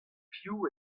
piv